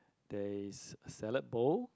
there is a salad bowl